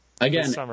Again